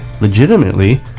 legitimately